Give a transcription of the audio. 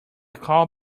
call